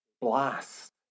blast